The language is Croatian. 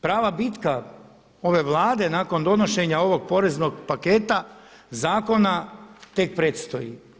Prava bitka ove Vlade nakon donošenja ovog poreznog paketa zakona tek predstoji.